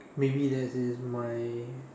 maybe this is my